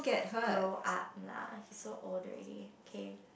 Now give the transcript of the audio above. grow up lah he's so old already okay